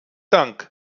dank